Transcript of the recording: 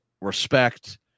respect